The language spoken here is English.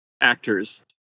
actors